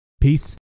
Peace